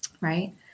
right